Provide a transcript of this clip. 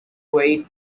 weight